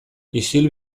isil